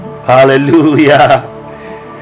hallelujah